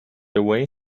away